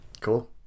cool